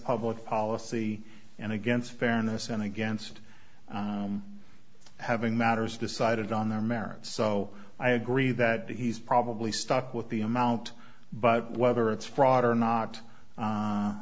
public policy and against fairness and against having matters decided on their merits so i agree that he's probably stuck with the amount but whether it's fraud or not